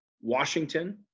Washington